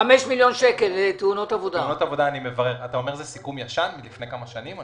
אתה אומר שזה סיכום ישן מלפני כמה שנים?